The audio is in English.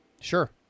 Sure